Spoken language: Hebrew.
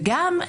וגם,